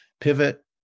pivot